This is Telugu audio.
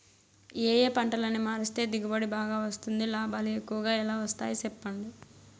ఏ ఏ పంటలని మారిస్తే దిగుబడి బాగా వస్తుంది, లాభాలు ఎక్కువగా ఎలా వస్తాయి సెప్పండి